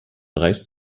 reißt